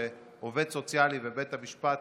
שעובד סוציאלי ובית המשפט